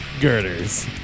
girders